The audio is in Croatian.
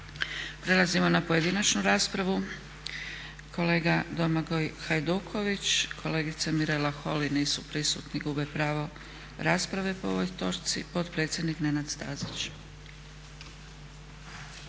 Prelazimo na pojedinačnu raspravu. Kolega Domagoj Hajduković, kolegica Mirela Holy nisu prisutni i gube pravo rasprave po ovoj točci. Potpredsjednik Nenad Stazić.